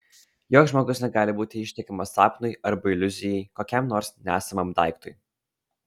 joks žmogus negali būti ištikimas sapnui arba iliuzijai kokiam nors nesamam daiktui